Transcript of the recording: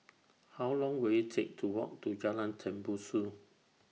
How Long Will IT Take to Walk to Jalan Tembusu